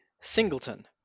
Singleton